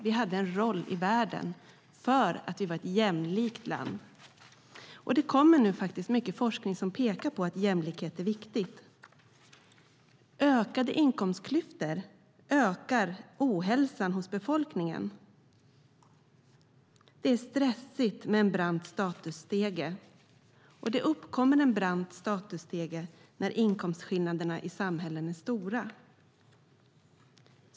Vi hade en roll i världen för att vi var ett jämlikt land. Nu kommer forskning som pekar på att jämlikhet är viktigt. Ökade inkomstklyftor ökar ohälsan hos befolkningen. Det är stressigt med en brant statusstege, och den uppkommer när inkomstskillnaderna i samhället är stora.